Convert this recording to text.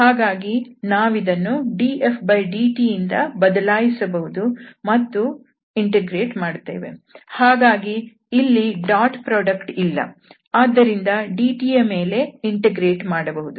ಹಾಗಾಗಿ ನಾವಿದನ್ನು dfdt ದಿಂದ ಬದಲಾಯಿಸಬಹುದು ಮತ್ತು ಇಂಟಿಗ್ರೇಟ್ ಮಾಡುತ್ತೇವೆ ಹಾಗಾಗಿ ಇಲ್ಲಿ ಡಾಟ್ ಪ್ರಾಡಕ್ಟ್ ಇಲ್ಲ ಆದ್ದರಿಂದ dt ಯ ಮೇಲೆ ಇಂಟಿಗ್ರೇಟ್ ಮಾಡಬಹುದು